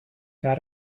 got